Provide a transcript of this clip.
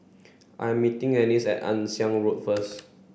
I'm meeting Annice at Ann Siang Road first